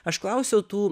aš klausiau tų